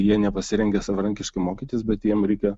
jie nepasirengia savarankiškai mokytis bet jiem reikia